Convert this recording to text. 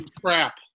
crap